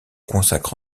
consacre